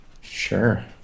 sure